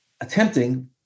attempting